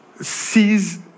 sees